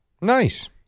Nice